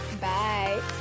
bye